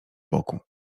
boku